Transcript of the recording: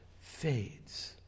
fades